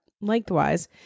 lengthwise